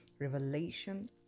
revelation